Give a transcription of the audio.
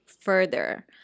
further